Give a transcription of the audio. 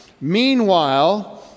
Meanwhile